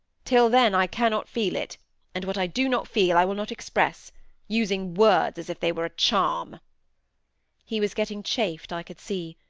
till then i cannot feel it and what i do not feel i will not express using words as if they were a charm he was getting chafed, i could see.